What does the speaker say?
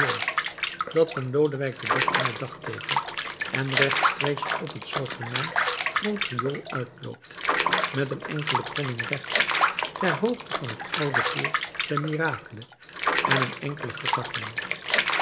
dat van lodewijk xiii dagteekent en rechtstreeks op het zoogenaamd groot riool uitloopt met een enkele kromming rechts ter hoogte van het oude cour des miracles en een enkele vertakking